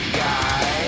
guy